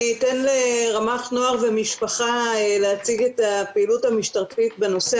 אני אתן לרמ"ח נוער ומשפחה להציג את הפעילות המשטרתית בנושא,